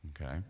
Okay